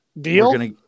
Deal